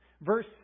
Verse